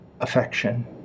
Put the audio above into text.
affection